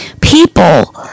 people